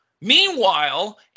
Meanwhile